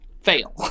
fail